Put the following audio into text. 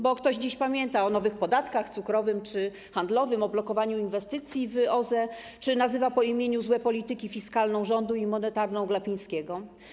Bo kto dziś pamięta o nowych podatkach cukrowym czy handlowym, o blokowaniu inwestycji w OZE czy nazywa po imieniu złe polityki fiskalną rządu i monetarną Glapińskiego?